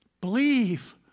Believe